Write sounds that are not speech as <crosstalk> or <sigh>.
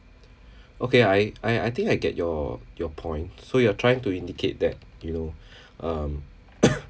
okay I I I think I get your your point so you are trying to indicate that you know <breath> um <coughs>